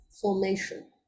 formation